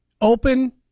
open